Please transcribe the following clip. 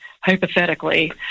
hypothetically